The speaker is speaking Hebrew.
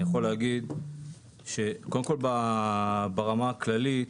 אני יכול להגיד שקודם כל ברמה הכללית,